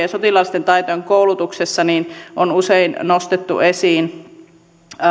ja sotilaallisten taitojen koulutuksessa on usein nostettu esiin että